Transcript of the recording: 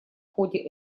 ходе